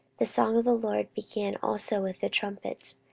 the song of the lord began also with the trumpets,